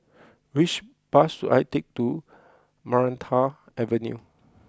which bus should I take to Maranta Avenue